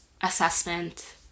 assessment